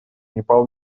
непал